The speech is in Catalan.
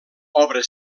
obra